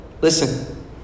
listen